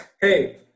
hey